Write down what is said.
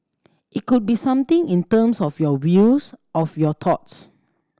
it could be something in terms of your views of your thoughts